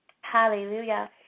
Hallelujah